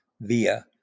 via